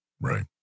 Right